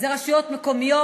זה רשויות מקומיות.